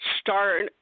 start